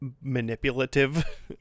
manipulative